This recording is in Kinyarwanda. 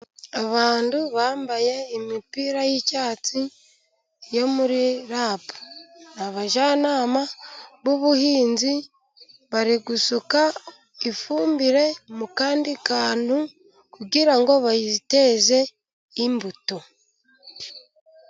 Abantu bambaye imipira y'icyatsi yo muri RAB. Abajyanama b'ubuhinzi bari gusuka ifumbire mu kandi kantu, kugira ngo bayiteze imbuto.